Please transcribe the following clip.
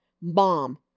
mom